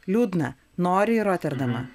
liūdna nori į roterdamą